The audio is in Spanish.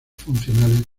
funcionales